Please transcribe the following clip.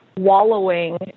wallowing